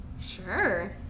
Sure